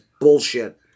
bullshit